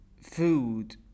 food